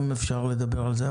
אז גם אפשר לדבר על זה,